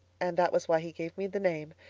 and that was why he gave me the name.